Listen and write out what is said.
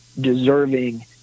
deserving